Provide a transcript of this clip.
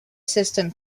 system